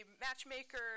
matchmaker